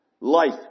life